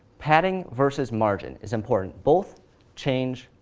padding versus margin is important. both change